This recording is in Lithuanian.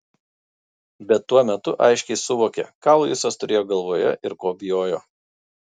bet tuo metu aiškiai suvokė ką luisas turėjo galvoje ir ko bijojo